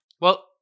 Well-